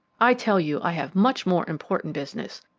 i tell you i have much more important business.